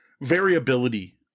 variability